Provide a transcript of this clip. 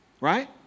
right